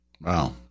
Wow